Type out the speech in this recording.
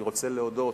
אני רוצה להודות